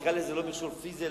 נקרא לזה לא מכשול פיזי,